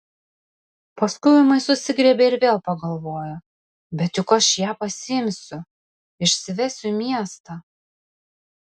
paskui ūmai susigriebė ir vėl pagalvojo bet juk aš ją pasiimsiu išsivesiu į miestą